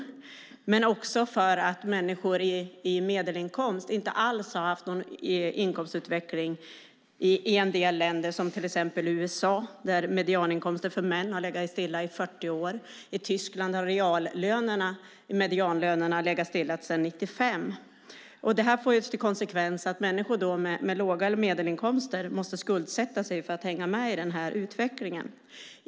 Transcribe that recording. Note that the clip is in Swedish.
Det handlar också om att människor med medelinkomst inte alls har haft någon inkomstutveckling i en del länder, som till exempel USA där medianinkomsten för män har legat stilla i 40 år. I Tyskland har reallönerna och medianlönerna legat stilla sedan 1995. Detta får till konsekvens att människor med låga eller medelhöga inkomster måste skuldsätta sig för att hänga med i utvecklingen.